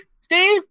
Steve